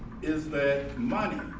is that money,